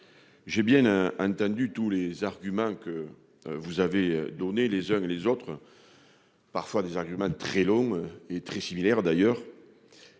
J'ai bien hein. Entendu tous les arguments que vous avez donné les uns et les autres. Parfois des arguments très. Et très similaire d'ailleurs.